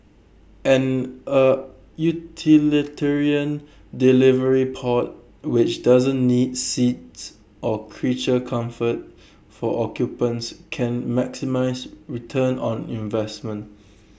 and A utilitarian delivery pod which doesn't need seats or creature comforts for occupants can maximise return on investment